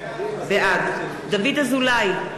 בעד דוד אזולאי,